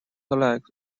legs